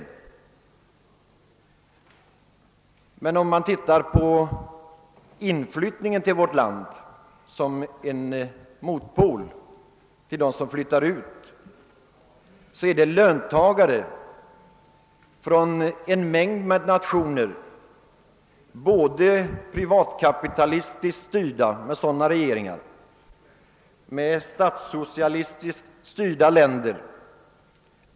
Om man jämför denna utflyttning med inflyttningen till vårt land, finner man att det är många löntagare från en mängd nationer — både privatkapitalistiskt och statssocialistiskt styrda — som mycket gärna vill komma till det socialistiskt styrda Sverige.